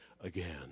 again